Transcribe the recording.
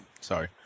Sorry